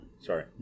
Sorry